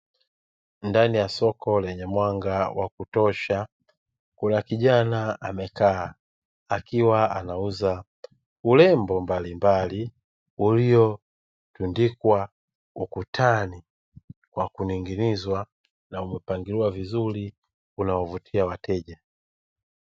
Ndani ya soko lenye mwanga wa kutosha, kuna kijana amekaa akiwa anauza urembo mbalimbali uliotundikwa ukutani kwa kuning'inizwa na umepangiliwa vizuri unaovutia wateja.